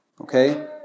okay